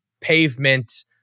pavement